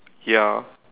ya